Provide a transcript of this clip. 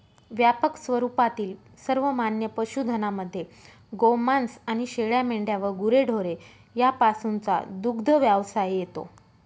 व्यापक स्वरूपातील सर्वमान्य पशुधनामध्ये गोमांस आणि शेळ्या, मेंढ्या व गुरेढोरे यापासूनचा दुग्धव्यवसाय येतो